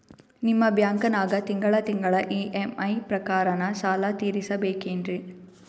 ನಿಮ್ಮ ಬ್ಯಾಂಕನಾಗ ತಿಂಗಳ ತಿಂಗಳ ಇ.ಎಂ.ಐ ಪ್ರಕಾರನ ಸಾಲ ತೀರಿಸಬೇಕೆನ್ರೀ?